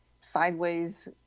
sideways